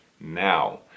now